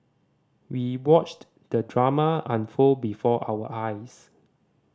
we watched the drama unfold before our eyes